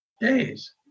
days